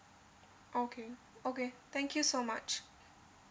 okay okay thank you so much